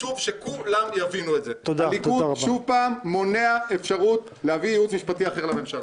תעלול פוליטי מלא לחלוטין.